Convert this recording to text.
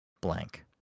blank